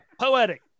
Poetic